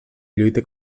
lluita